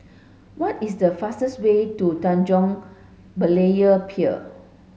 what is the fastest way to Tanjong Berlayer Pier